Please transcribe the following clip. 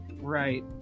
Right